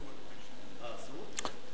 אסור להגיד.